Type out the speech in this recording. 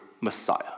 Messiah